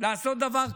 לעשות דבר כזה,